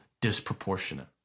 disproportionate